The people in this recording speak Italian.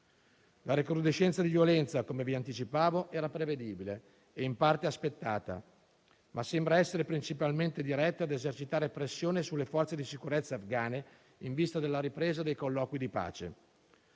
La recrudescenza di violenza, come vi anticipavo, era prevedibile e, in parte, aspettata, ma sembra essere principalmente diretta a esercitare pressione sulle forze di sicurezza afgane in vista della ripresa dei colloqui di pace.